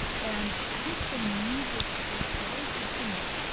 and i think the mood was was largely similar